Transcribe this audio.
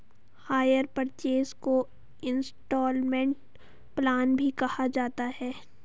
higher purchase को instalment plan भी कहा जाता है